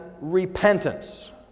repentance